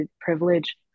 privilege